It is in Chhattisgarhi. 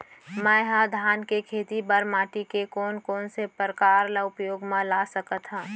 मै ह धान के खेती बर माटी के कोन कोन से प्रकार ला उपयोग मा ला सकत हव?